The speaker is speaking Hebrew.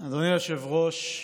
אדוני היושב-ראש,